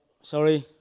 Sorry